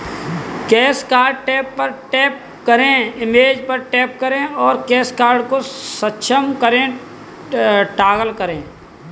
cash card tab पर tap करें, image पर टैप करें और कैश कार्ड को सक्षम करें टॉगल करें